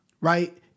right